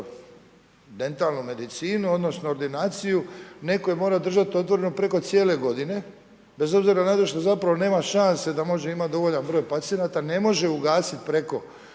dentalnu medicinu odnosno ordinaciju, netko mora držati otvoreno preko cijele godine bez obzira …/Govornik se ne razumije./… zato što zapravo nema šanse da može imati dovoljan broj pacijenata, ne može ugasiti preko